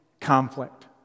conflict